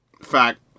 fact